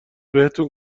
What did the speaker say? بهتون